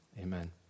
Amen